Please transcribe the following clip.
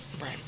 Right